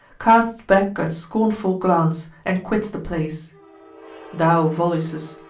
casts back a scornful glance, and quits the place thou, volusus,